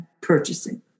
purchasing